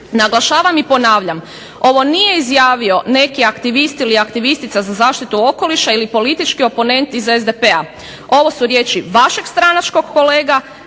Naglašavam i ponavljam, ovo nije izjavio neki aktivist ili aktivistica za zaštitu okoliša ili politički oponent iz SDP-a. Ovo su riječi vašeg stranačkog kolege,